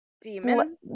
demon